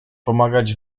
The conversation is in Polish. pomagać